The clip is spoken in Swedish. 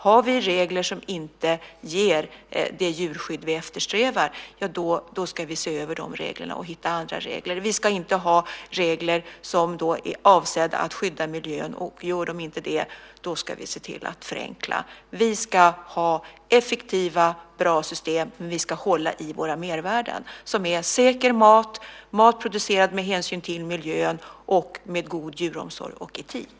Har vi regler som inte ger det djurskydd vi eftersträvar, ska vi se över de reglerna och hitta andra regler. Vi ska ha regler som är avsedda att skydda miljön, och gör de inte det, ska vi se till att förenkla. Vi ska ha effektiva bra system, men vi ska hålla i våra mervärden som är säker mat, mat producerad med hänsyn till miljön och med god djuromsorg och etik.